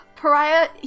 Pariah